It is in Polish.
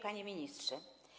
Panie Ministrze!